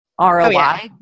ROI